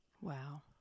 Wow